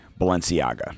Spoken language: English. Balenciaga